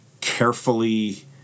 carefully